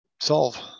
solve